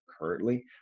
currently